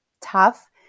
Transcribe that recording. tough